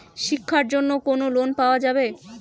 শিক্ষার জন্যে কি কোনো লোন পাওয়া যাবে?